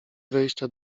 wejścia